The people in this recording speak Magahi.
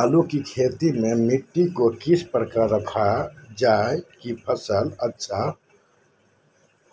आलू की खेती में मिट्टी को किस प्रकार रखा रखा जाए की फसल अच्छी